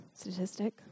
statistic